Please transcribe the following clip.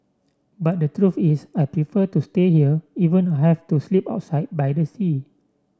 but the truth is I prefer to stay here even I have to sleep outside by the sea